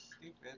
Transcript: stupid